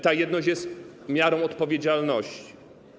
Ta jedność jest miarą odpowiedzialności.